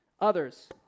others